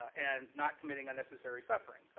and not committing unnecessary suffering.